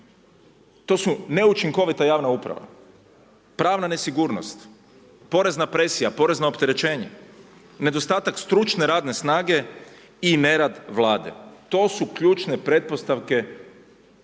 To su neučinkovita javna uprava, pravna nesigurnost, porezna presija, porezno opterećenje, nedostatak stručne radne snage i nerad Vlade. To su ključne pretpostavke i